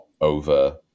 over